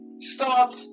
start